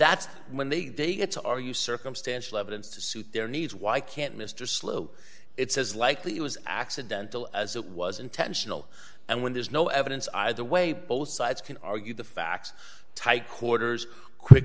that's when they day it's are you circumstantial evidence to suit their needs why can't mr slow it's as likely it was accidental as it was intentional and when there's no evidence either way both sides can argue the facts tight quarters quick